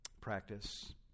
Practice